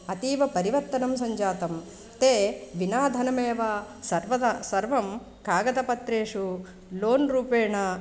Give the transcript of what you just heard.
अतीव परिवर्तनं सञ्जातं ते विना धनमेव सर्वदा सर्वं कागदपत्रेषु लोन्रूपेण